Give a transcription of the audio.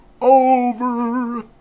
over